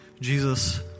Jesus